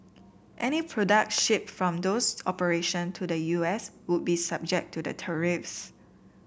any products shipped from those operation to the U S would be subject to the tariffs